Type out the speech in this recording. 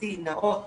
הסדרתי נאות